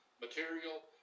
material